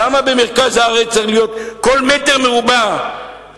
למה במרכז הארץ על כל מטר מרובע יש